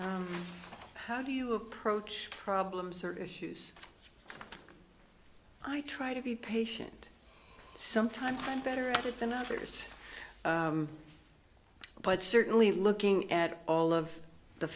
how do you approach problems or issues i try to be patient sometimes i'm better at it than others but certainly looking at all of the